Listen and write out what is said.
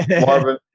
Marvin